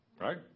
Right